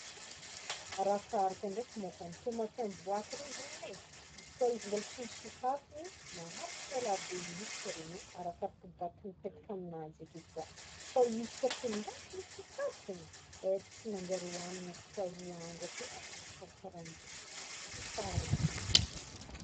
Arakaraka ndraiky môkany, tomaty amy boaty regny zegny ane, izy kô izy mbola tsy nosokafigny, maharitry elabe mihintsy regny e, arakaraky daty mipetaka aminanjy, izy ake koa, fô izy kô efa indraiky nisokafigny, efa tsy manjary hoanigny afaky roa andro ake, managno karaha zegny, roa andro fô faharetagny.